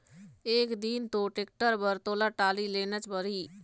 एक दिन तो टेक्टर बर तोला टाली लेनच परही